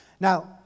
Now